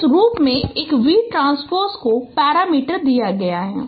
इस रूप में एक v ट्रांसपोज़ को पैरामीटर दिया गया है